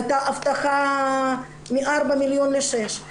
הייתה הבטחה מ-4 מלש"ח ל-6 מלש"ח,